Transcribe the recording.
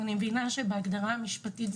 "פיצויים" כפי שמנוסח בהגדרה המשפטית,